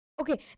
Okay